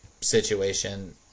situation